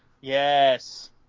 Yes